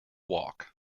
walk